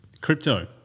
crypto